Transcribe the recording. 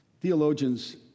Theologians